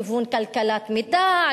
לכיוון כלכלת מידע,